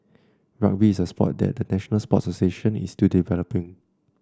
rugby is a sport that the national sports association is still developing